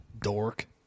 Dork